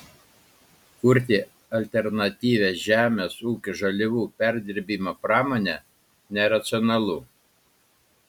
kurti alternatyvią žemės ūkio žaliavų perdirbimo pramonę neracionalu